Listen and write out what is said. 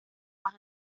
más